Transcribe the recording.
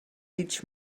each